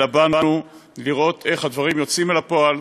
אלא באנו לראות איך הדברים יוצאים אל הפועל,